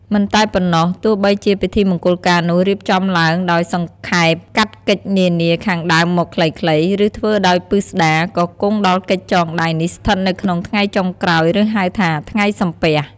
មិនតែប៉ុណ្ណោះ ទោះបីជាពិធីមង្គលការនោះរៀបចំឡើងដោយសង្ខេបកាត់កិច្ចនានាខាងដើមមកខ្លីៗ ឬធ្វើដោយពិស្តារ ក៏គង់ដល់កិច្ចចងដៃនេះស្ថិតនៅក្នុងថ្ងៃចុងក្រោយ ឬហៅថាថ្ងៃ “សំពះ”។